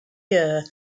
year